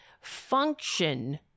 function